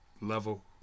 level